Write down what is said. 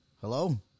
Hello